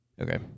Okay